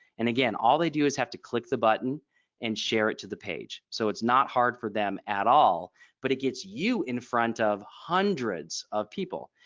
and again all they do is have to click the button and share it to the page. so it's not hard for them at all but it gets you in front of hundreds of people.